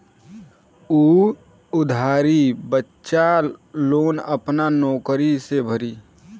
उ उधारी बच्चा लोग आपन नउकरी से भरी